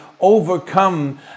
overcome